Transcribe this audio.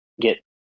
get